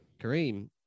Kareem